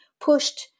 pushed